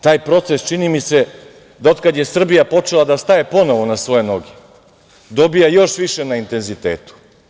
Taj proces, čini mi se da, otkad je Srbija počela ponovo da staje na svoje noge, dobija još više na intenzitetu.